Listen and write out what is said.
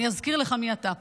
אני אזכיר לך מי אתה.